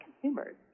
consumers